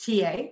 TA